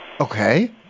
Okay